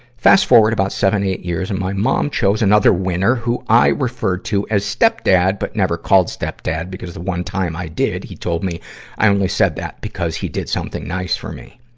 fast forward about seven, eight years, and my mom chose another winner who i refer to as stepdad but never called stepdad because the one time i did, he told me i only said the because he did something nice for me.